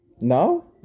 No